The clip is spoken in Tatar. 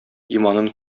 иманын